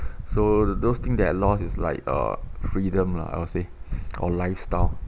so those thing that I lost is like uh freedom lah I will say or lifestyle